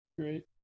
great